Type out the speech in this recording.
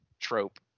trope